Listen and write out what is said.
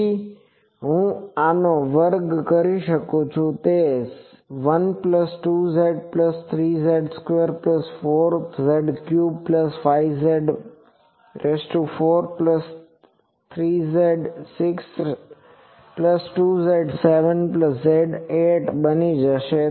તેથી હું આનો વર્ગ કરી શકું છું અને તે 12Ƶ3Ƶ24Ƶ35Ƶ53Ƶ62Ƶ7Ƶ8 બની જશે